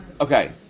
Okay